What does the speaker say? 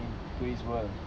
into this world